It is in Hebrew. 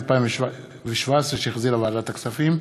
שהחזירה ועדת הכספים.